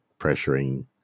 pressuring